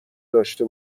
داشته